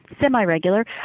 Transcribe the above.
semi-regular